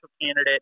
candidate